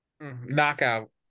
Knockout